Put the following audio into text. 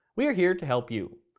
we are here to help you.